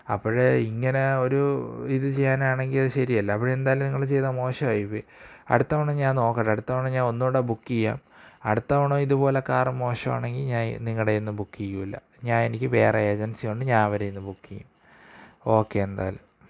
അപ്പോള് ഇങ്ങനെ ഒരു ഇത് ചെയ്യാനാണെങ്കില് അത് ശരിയല്ല അപ്പോഴെന്തായാലും നിങ്ങള് ചെയ്തതു മോശമായിപ്പോയി അടുത്ത തവണ ഞാൻ നോക്കട്ട് അടുത്ത തവണ ഞാനൊന്നൂടെ ബുക്യ്യാം അടുത്ത തവണ ഇത് പോലെ കാര് മോശമാണെങ്കില് ഞാൻ നിങ്ങടയിന്ന് ബുക്കെയൂല ഞാൻ എനിക്ക് വേറെ ഏജൻസിയുണ്ട് ഞാൻ അവരെയിന്ന് ബുക്കെയും ഓക്കേ എന്തായാലും